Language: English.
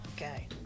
Okay